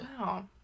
Wow